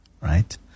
right